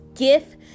Gift